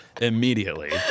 immediately